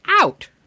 out